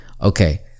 Okay